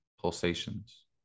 pulsations